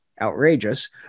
Outrageous